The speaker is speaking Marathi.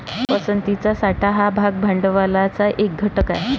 पसंतीचा साठा हा भाग भांडवलाचा एक घटक आहे